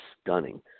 stunning